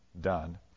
done